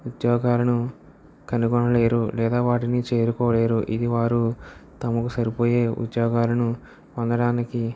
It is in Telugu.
ఉద్యోగాలను కనుగొనలేరు లేదా వాటిని చేరుకోలేరు ఇది వారు తమకు సరిపోయే ఉద్యోగాలను పొందడానికి